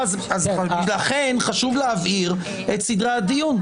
לכן חשוב להבהיר את סדרי הדיון.